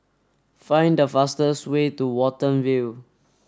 find the fastest way to Watten View